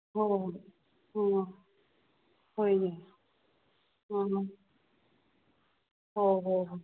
ꯍꯣꯏ ꯑ ꯍꯣꯏꯅꯦ ꯑ ꯍꯣ ꯍꯣ ꯍꯣ